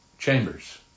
Chambers